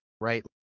right